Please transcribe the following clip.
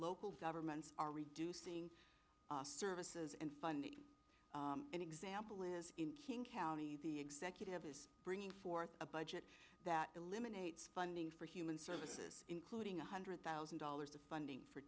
local governments are reducing services and funding an example is in king county the executive is bringing forth a budget that eliminates funding for human services including a hundred thousand dollars of funding for